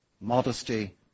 modesty